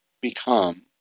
become